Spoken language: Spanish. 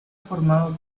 formado